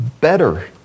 better